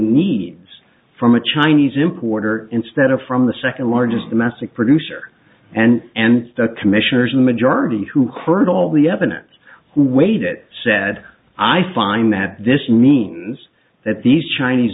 needs from a chinese importer instead of from the second largest domestic producer and and stuck commissioners majority who current all the evidence who weighed it said i find that this means that these chinese